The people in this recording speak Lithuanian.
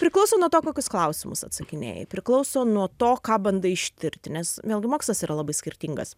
priklauso nuo to kokius klausimus atsakinėji priklauso nuo to ką bandai ištirti nes vėlgi mokslas yra labai skirtingas